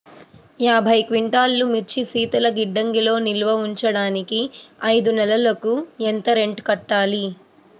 యాభై క్వింటాల్లు మిర్చి శీతల గిడ్డంగిలో నిల్వ ఉంచటానికి ఐదు నెలలకి ఎంత రెంట్ కట్టాలి?